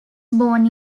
born